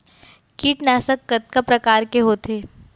कीटनाशक कतका प्रकार के होथे?